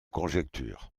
conjectures